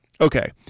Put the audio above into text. Okay